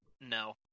no